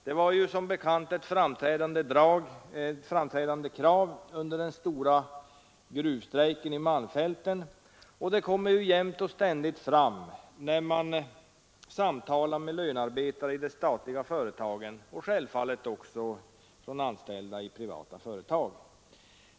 Det var som bekant ett framträdande krav under den stora gruvstrejken i Malmfälten och det framföres jämt och ständigt när man samtalar med lönearbetare både i statliga och i privata företag.